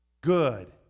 good